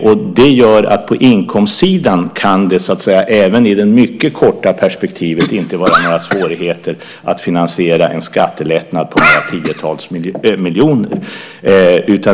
Det gör att det på inkomstsidan, även i det mycket korta perspektivet, inte kan vara några svårigheter att finansiera en skattelättnad på några tiotals miljoner.